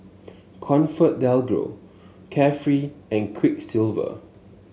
ComfortDelGro Carefree and Quiksilver